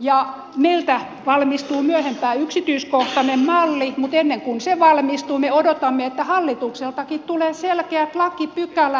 ja meiltä valmistuu myöhemmin yksityiskohtainen malli mutta ennen kuin se valmistuu me odotamme että hallitukseltakin tulee selkeät lakipykälät